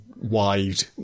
wide